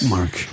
Mark